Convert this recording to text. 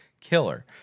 killer